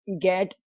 get